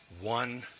One